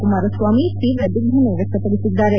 ಕುಮಾರಸ್ವಾಮಿ ತೀವ್ರ ದಿಗ್ದಮೆ ವ್ಯಕ್ತ ಪಡಿಸಿದ್ದಾರೆ